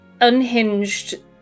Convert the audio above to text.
unhinged